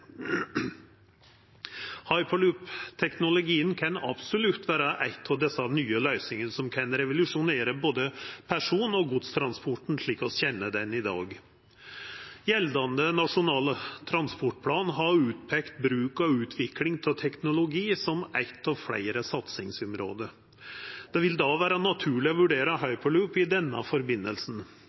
Hyperloopteknologien kan absolutt vera ei av desse nye løysingane som kan revolusjonera både person- og godstransporten slik vi kjenner han i dag. Gjeldande Nasjonal transportplan har peikt ut bruk og utvikling av teknologi som eit av fleire satsingsområde. Det vil då vera naturleg å vurdera hyperloop i denne